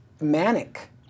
manic